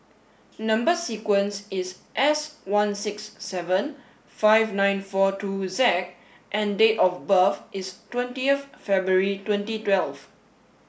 number sequence is S one six seven five nine four two Z and date of birth is twenty of February twenty twelve